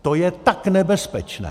To je tak nebezpečné!